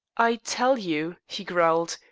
i tell you, he growled,